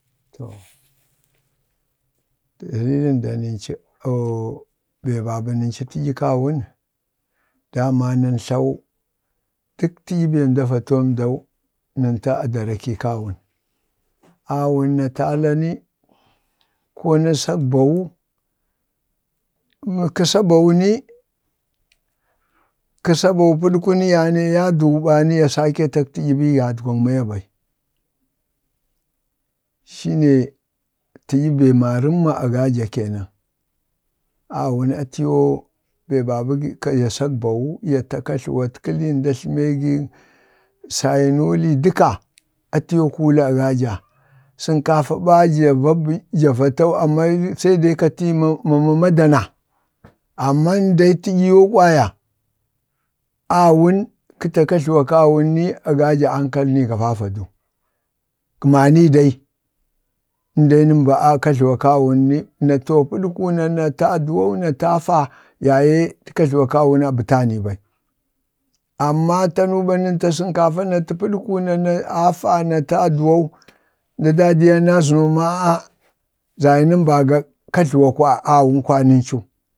oo be ba bə nənci taɗyək kawun dama nən tlau dək təɗyə be nda va too ndau, ŋan ta a darakiik kawun awun na tala ni, ko na sak bawu, ən kə sa bawu ni, kə sa bawu pəaku ni ya ne aduwu ɓani ya saketak taɗyi ɓii yadgwak maya bai shine taɗyi be marəmma a gaja kenan. Aawun atiyoo be babə ya sak bawu ya tak katluwat kəli, nda jlamegi sainuli dəka, atiyo kulli a gaja sənkafa ɓa ja va tau, amma se ka ti ii madana, nanə ɓi yoo kwaya awun, kəta kajluwak-kawun ni, a gaja ankal ni va vadu, gəma nii dai, in jai nəm ka kajluwak-kawun ni, a gaja ankal ni va vadu, gama nii dai, in dai nəm ba kajluwak-kawun ni-na too paɗku, na tə a fa, na ti aduwau ya je kajluwak-kawun a bətani ɓai. amma tanu ɓa nati sankafa, na tə pədku, nata afa na ti aduwa na zəno ma a'a zayi əm baga kajluwa kwaya kajluwaŋ awun ɓa nən cu.